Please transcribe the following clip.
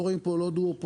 לא רואים פה לא דואופול,